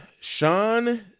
Sean